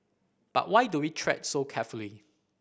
but why do we tread so carefully